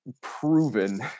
proven